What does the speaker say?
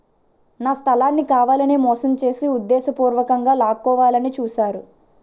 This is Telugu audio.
నా స్థలాన్ని కావాలనే మోసం చేసి ఉద్దేశపూర్వకంగా లాక్కోవాలని చూశారు